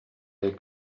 dei